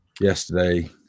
Yesterday